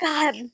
God